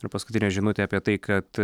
ir paskutinė žinutė apie tai kad